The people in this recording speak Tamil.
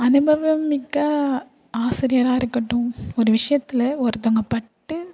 அனுபவம் மிக்க ஆசிரியராக இருக்கட்டும் ஒரு விஷயத்துல ஒருத்தங்கப்பட்டு